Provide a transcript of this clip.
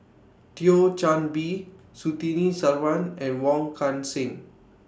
Thio Chan Bee Surtini Sarwan and Wong Kan Seng